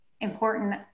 important